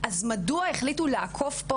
אז מדוע החליטו לעקוף פה,